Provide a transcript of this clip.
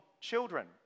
children